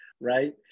right